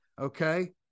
Okay